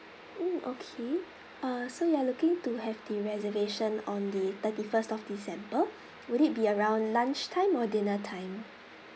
mm okay uh so you are looking to have the reservation on the thirty first of december would it be around lunchtime or dinner time